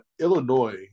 Illinois